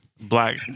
Black